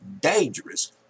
dangerous